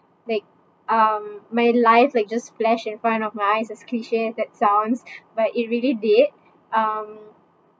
like um my life like just flash in front of my eyes as cliché as that sounds but it really did um